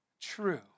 true